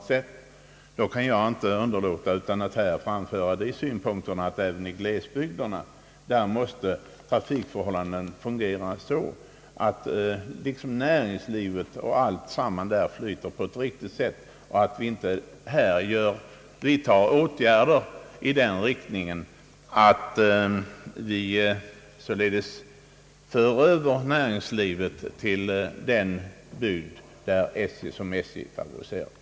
Jag kan mot den bakgrunden inte underlåta att framhålla att även trafiken i glesbygderna måste fungera, så att näringslivet där kan drivas på ett riktigt sätt. Man bör inte vidta sådana åtgärder som innebär att näringslivet föres över till bygder som SJ favoriserar.